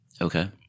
okay